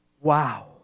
wow